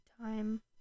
time